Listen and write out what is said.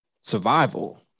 survival